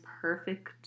perfect